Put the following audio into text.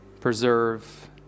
preserve